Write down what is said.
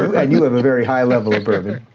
and you have a very high level of bourbon,